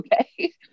Okay